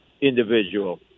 individual